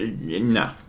No